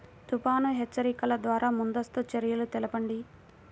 తుఫాను హెచ్చరికల ద్వార ముందస్తు చర్యలు తెలపండి?